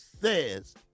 says